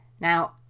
Now